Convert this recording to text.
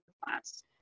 class